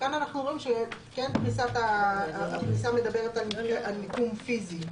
כאן אנחנו רואים שהפסקה מדברת על מיקום פיזי.